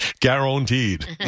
Guaranteed